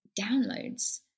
downloads